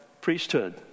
priesthood